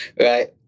right